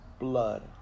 blood